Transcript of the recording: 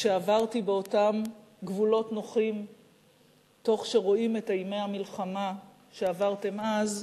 כשעברתי באותם גבולות נוחים תוך שרואים את אימי המלחמה שעברתם אז,